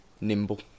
nimble